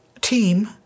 team